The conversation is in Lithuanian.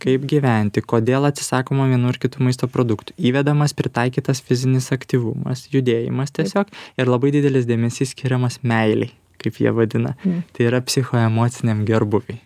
kaip gyventi kodėl atsisakoma vienų ar kitų maisto produktų įvedamas pritaikytas fizinis aktyvumas judėjimas tiesiog ir labai didelis dėmesys skiriamas meilei kaip jie vadina tai yra psichoemociniam gerbūviui